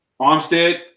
Armstead